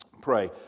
pray